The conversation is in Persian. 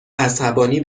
عصبانی